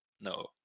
no